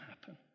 happen